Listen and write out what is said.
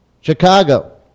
Chicago